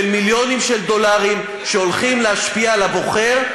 של מיליוני דולרים שהולכים להשפיע על הבוחר,